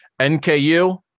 NKU